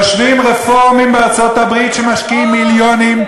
יושבים רפורמים בארצות-הברית ומשקיעים מיליונים,